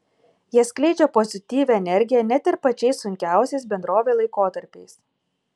jie skleidžia pozityvią energiją net ir pačiais sunkiausiais bendrovei laikotarpiais